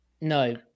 no